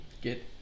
get